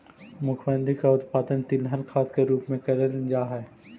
मूंगफली का उत्पादन तिलहन खाद के रूप में करेल जा हई